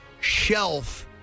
shelf